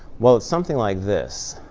well, it's something like this.